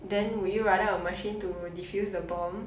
then would you rather a machine to defuse the bomb